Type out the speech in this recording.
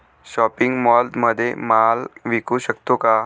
Shopping मॉलमध्ये माल विकू शकतो का?